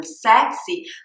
sexy